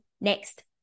next